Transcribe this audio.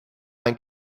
and